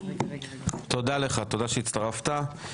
תודה רבה, תודה שהצטרפת.